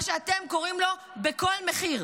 מה שאתם קוראים לו: בכל מחיר.